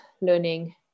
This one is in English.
learning